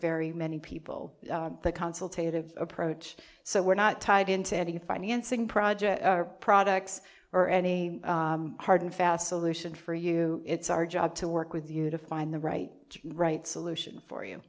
very many people the consultation of approach so we're not tied into any financing project or products or any hard and fast solution for you it's our job to work with you to find the right right solution for you